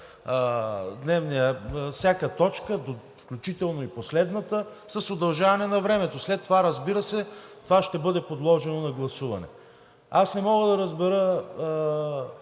гледа всяка точка, включително и последната, с удължаване на времето. След това, разбира се, това ще бъде подложено на гласуване. Аз не мога да разбера